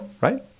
right